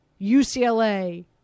UCLA